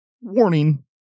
warning